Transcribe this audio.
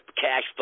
cash